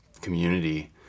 community